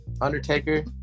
Undertaker